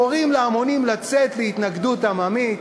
קוראים להמונים לצאת להתנגדות עממית.